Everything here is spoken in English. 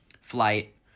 flight